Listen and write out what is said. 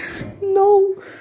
No